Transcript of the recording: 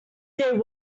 they